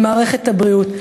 למערכת הבריאות.